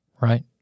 Right